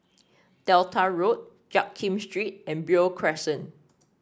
Delta Road Jiak Kim Street and Beo Crescent